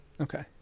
Okay